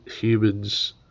humans